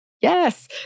Yes